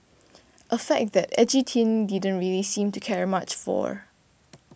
a fact that Edgy Teen didn't really seem to care much for